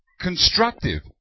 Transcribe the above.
constructive